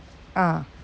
ah